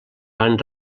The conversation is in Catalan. van